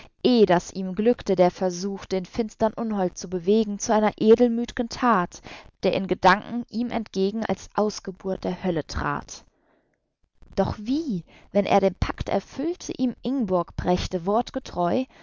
daß ihm glückte der versuch den finstern unhold zu bewegen zu einer edelmüth'gen that der in gedanken ihm entgegen als ausgeburt der hölle trat doch wie wenn er den pakt erfüllte ihm ingborg brächte